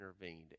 intervened